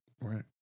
Right